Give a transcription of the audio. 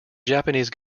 japanese